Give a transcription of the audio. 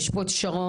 יש פה את שרון,